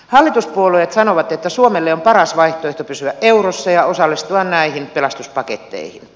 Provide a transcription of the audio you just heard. hallituspuolueet sanovat että suomelle on paras vaihtoehto pysyä eurossa ja osallistua näihin pelastuspaketteihin